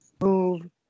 move